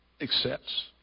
accepts